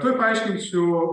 tuoj paaiškinsiu